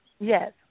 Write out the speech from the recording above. Yes